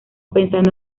pensando